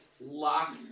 lock